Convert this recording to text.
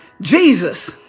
Jesus